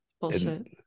bullshit